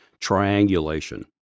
triangulation